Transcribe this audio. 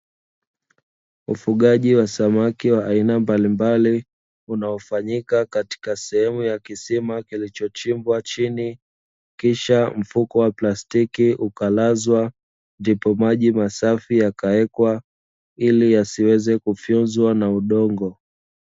Ufugaji wa samaki wa aina mbalimbali, unaofanyika katika sehemu ya kisima kilichochimbwa chini, kisha mfuko wa plastiki ukalazwa, ndipo maji masafi yakawekwa ili yasiweze kufyonzwa na udongo.